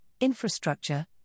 infrastructure